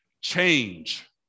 change